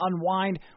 unwind